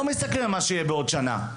לא מסתכלים על מה שיהיה בעוד שנה.